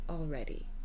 already